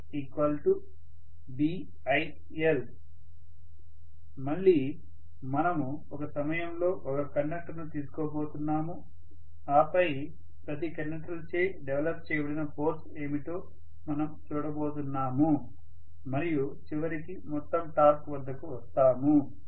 F Bil మళ్ళీ మనము ఒక సమయంలో ఒక కండక్టర్ను తీసుకోబోతున్నాము ఆపై ప్రతి కండక్టర్లచే డెవలప్ చేయబడిన ఫోర్స్ ఏమిటో మనం చూడబోతున్నాము మరియు చివరికి మొత్తం టార్క్ వద్దకు వస్తాము